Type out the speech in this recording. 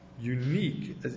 unique